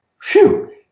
phew